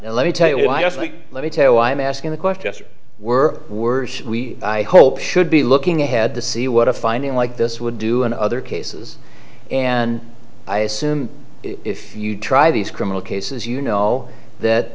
and let me tell you why just like let me tell you i'm asking the question were were we i hope should be looking ahead to see what a finding like this would do in other cases and i assume if you try these criminal cases you know that